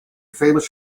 famous